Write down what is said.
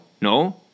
No